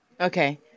okay